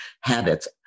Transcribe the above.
habits